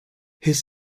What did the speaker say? his